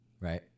right